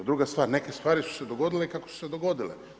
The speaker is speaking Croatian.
Druga stvar, neke stvari su se dogodile kako su se dogodile.